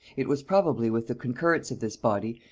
it was probably with the concurrence of this body,